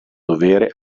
dovere